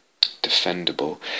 defendable